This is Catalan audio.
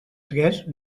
tres